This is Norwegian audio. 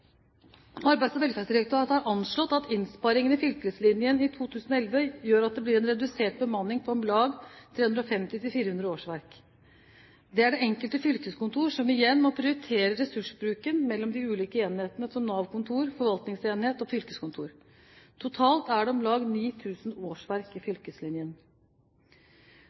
Arbeids- og velferdsdirektoratet har anslått at innsparingene i fylkeslinjen i 2011 gjør at det blir en redusert bemanning på om lag 350 til 400 årsverk. Det er det enkelte fylkeskontor som igjen må prioritere ressursbruken mellom de ulike enhetene som Nav-kontor, forvaltningsenhet og fylkeskontor. Totalt er det om lag 9 000 årsverk i fylkeslinjen.